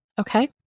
Okay